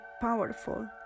powerful